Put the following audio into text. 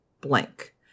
blank